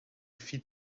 feed